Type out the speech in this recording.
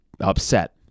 upset